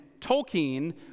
Tolkien